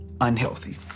unhealthy